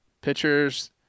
Pitchers